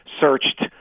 searched